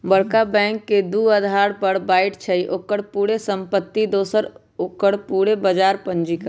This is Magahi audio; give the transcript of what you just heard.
बरका बैंक के दू अधार पर बाटइ छइ, ओकर पूरे संपत्ति दोसर ओकर पूरे बजार पूंजीकरण